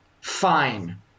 fine